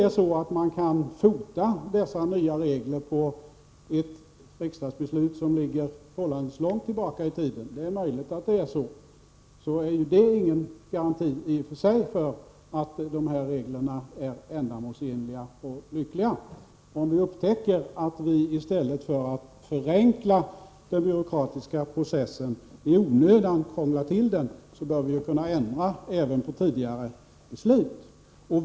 Även om man kan fota dessa nya regler på ett riksdagsbeslut som ligger förhållandevis långt tillbaka i tiden — det är möjligt att man kan göra det — så är ju detta i och för sig inte någon garanti för att reglerna är ändamålsenliga och bra. Om vi upptäcker att vi i stället för att förenkla den byråkratiska processen i onödan krånglar till den, bör vi kunna ändra även på tidigare beslut.